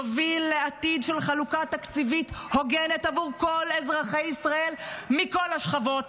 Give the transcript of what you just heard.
נוביל לעתיד של חלוקה תקציבית הוגנת עבור כל אזרחי ישראל מכל השכבות,